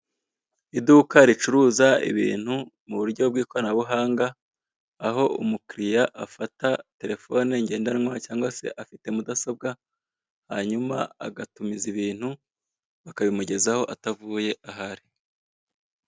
Iduka ricuruza ibintu mu buryo bw'ikoranabuhanga, aho umukiliya afata telefone ngendanwa cyangwa se afite mudasobwa hanyuma agatumiza ibintu, bakabimugezaho atavuye aho ari.